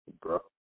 bro